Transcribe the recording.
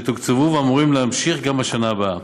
שתוקצבו ואמורים להמשיך גם בשנה הבאה.